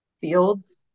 fields